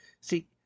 See